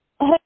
Hey